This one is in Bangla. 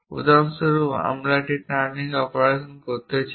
উদাহরণস্বরূপ আমরা একটি টার্নিং অপারেশন করতে চাই